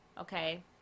Okay